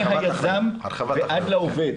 מהיזם ועד העובד.